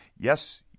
yes